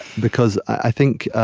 because i think